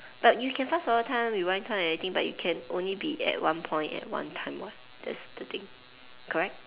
but you can fast forward time rewind time and anything but you can only be at one point at one time what that's the thing correct